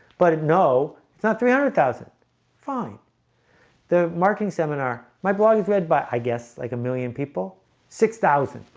but no, it's not three hundred thousand fine the marking seminar. my blog is read by i guess like a million people six thousand.